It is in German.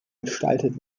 gestaltet